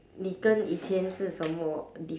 你跟以前是什么 di~